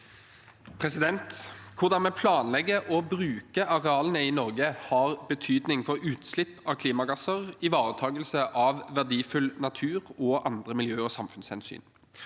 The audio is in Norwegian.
Hvordan vi planlegger og bruker arealene i Norge, har betydning for utslipp av klimagasser, ivaretakelse av verdifull natur og andre miljø- og samfunnshensyn.